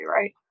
right